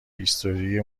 هیستوری